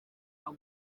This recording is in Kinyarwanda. kuri